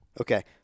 Okay